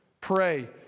pray